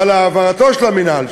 אבל העברתו של המינהל,